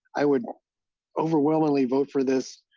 i would overwhelmingly vote for this,